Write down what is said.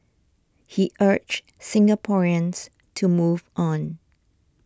he urged Singaporeans to move on